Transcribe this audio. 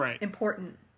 important